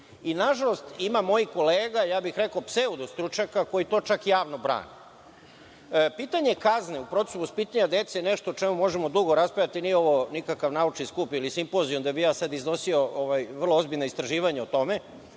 i nažalost, ima mojih kolega, ja bih rekao pseudostručnjaka koji to čak javno brane. Pitanje kazne u procesu vaspitanja dece je nešto o čemu možemo dugo raspravljati, nije ovo nikakav naučni skup ili simpozijum da bih ja sada iznosio vrlo ozbiljna istraživanja o tome.